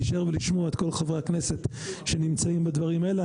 להישאר ולשמוע את כל חברי הכנסת שנמצאים בדברים האלה,